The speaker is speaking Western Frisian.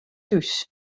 thús